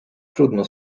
trudno